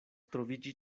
troviĝi